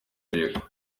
tegeko